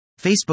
Facebook